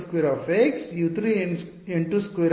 U 2N 12 U 3N 22